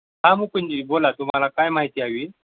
हां मुकुंदजी बोला तुम्हाला काय माहिती हवी